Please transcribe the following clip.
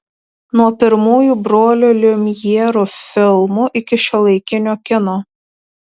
nuo pirmųjų brolių liumjerų filmų iki šiuolaikinio kino